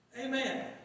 Amen